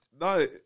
No